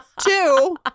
Two